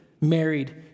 married